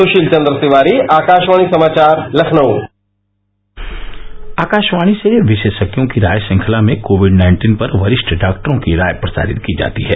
सुशील चंद्र तिवारी आकाशवाणी समाचार लखनऊ आकाशवाणी से विशेषज्ञों की राय श्रंखला में कोविड नाइन्टीन पर वरिष्ठ डॉक्टरों की राय प्रसारित की जाती है